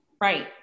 Right